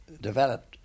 developed